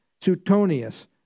Suetonius